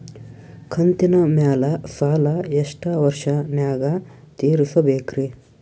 ಕಂತಿನ ಮ್ಯಾಲ ಸಾಲಾ ಎಷ್ಟ ವರ್ಷ ನ್ಯಾಗ ತೀರಸ ಬೇಕ್ರಿ?